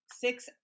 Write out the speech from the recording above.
six